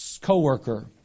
co-worker